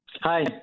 Hi